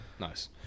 Nice